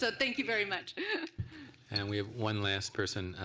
so thank you very much and we have one last person,